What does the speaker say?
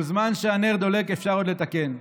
כל זמן שהנר דולק, אפשר עוד לתקן.